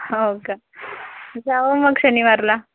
होय का जाऊ मग शनिवारला